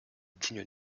digne